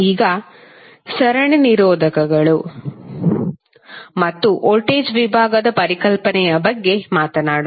ಈಗ ಸರಣಿ ನಿರೋಧಕಗಳು ಮತ್ತು ವೋಲ್ಟೇಜ್ ವಿಭಾಗದ ಪರಿಕಲ್ಪನೆಗಳ ಬಗ್ಗೆ ಮಾತನಾಡೋಣ